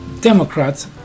Democrats